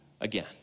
again